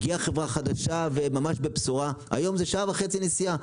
הגיעה חברה חדשה והיום זה שעה וחצי נסיעה.